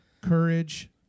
courage